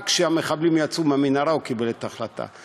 רק כשהמחבלים יצאו מהמנהרה הוא קיבל את ההחלטה.